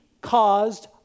caused